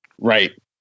Right